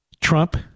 Trump